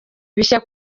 bishya